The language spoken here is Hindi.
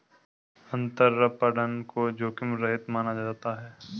अंतरपणन को जोखिम रहित माना जाता है